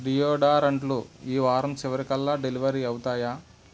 డియోడరంట్లు ఈ వారం చివరి కల్లా డెలివరీ అవుతాయా